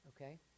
Okay